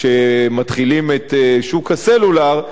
כשמתחילים את שוק הסלולר,